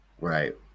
right